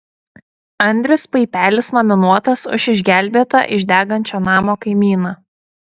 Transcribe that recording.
andrius paipelis nominuotas už išgelbėtą iš degančio namo kaimyną